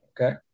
Okay